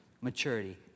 maturity